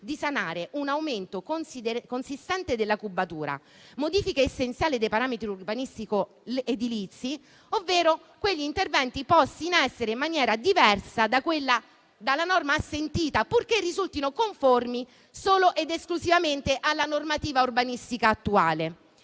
di sanare un aumento consistente della cubatura, modifiche essenziali dei parametri urbanistico-edilizi, ovvero quegli interventi posti in essere in maniera diversa dalla norma assentita, purché risultino conformi solo ed esclusivamente alla normativa urbanistica attuale.